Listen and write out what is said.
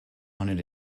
wanted